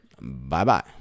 Bye-bye